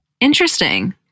Interesting